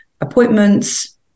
appointments